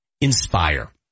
Inspire